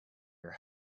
your